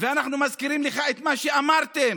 ואנחנו מזכירים לך את מה שאמרתם